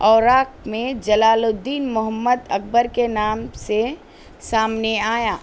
اوراق میں جلال الدین محمد اکبر کے نام سے سامنے آیا